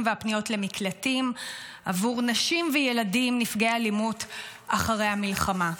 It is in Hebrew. והפניות למקלטים עבור נשים וילדים נפגעי אלימות אחרי המלחמה.